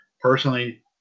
Personally